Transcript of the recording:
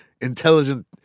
intelligent